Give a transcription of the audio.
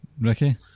Ricky